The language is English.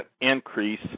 increase